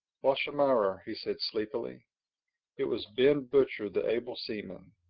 washamarrer? he said sleepily it was ben butcher, the able seaman.